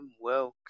welcome